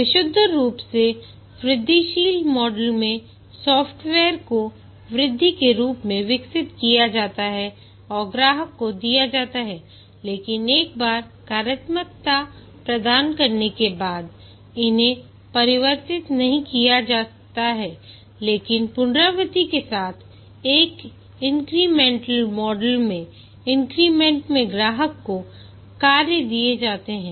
विशुद्ध रूप से वृद्धिशील इन्क्रीमेंट मॉडल में सॉफ्टवेयर को वृद्धि के रूप में विकसित किया जाता है और ग्राहक को दिया जाता है लेकिन एक बार कार्यात्मकता प्रदान करने के बाद इन्हें परिवर्तित नहीं किया जाता है लेकिन पुनरावृत्ति के साथ एक इंक्रीमेंटल मॉडल मेंइन्क्रीमेंट में ग्राहक को कार्य दिए जाते हैं